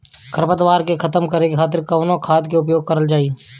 खर पतवार के खतम करे खातिर कवन खाद के उपयोग करल जाई?